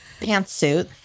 pantsuit